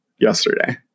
yesterday